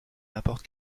n’importe